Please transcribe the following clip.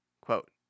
Quote